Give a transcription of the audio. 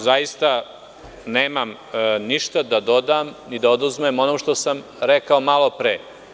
Zaista nemam ništa da dodam i oduzmem od onoga što sam rekao malopre.